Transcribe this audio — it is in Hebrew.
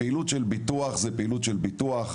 פעילות של ביטוח זה פעילו של ביטוח,